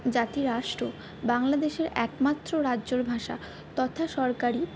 জাতি রাষ্ট্র বাংলাদেশের একমাত্র রাজ্যর ভাষা তথা সরকারি